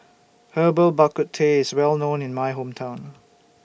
Herbal Bak Ku Teh IS Well known in My Hometown